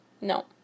No